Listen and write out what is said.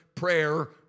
prayer